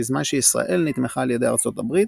בזמן שישראל נתמכה על ידי ארצות הברית,